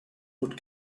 would